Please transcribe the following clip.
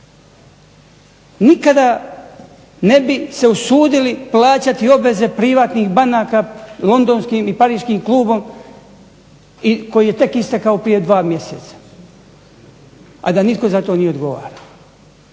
Nikada ne bi se usudili plaćati obveze privatnih bankama londonskim i pariškim klubom i koji je tek istekao prije dva mjeseca, a da za to nitko nije odgovarao.